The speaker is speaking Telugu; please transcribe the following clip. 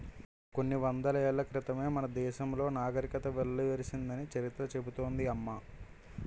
కొన్ని వందల ఏళ్ల క్రితమే మన దేశంలో నాగరికత వెల్లివిరిసిందని చరిత్ర చెబుతోంది అమ్మ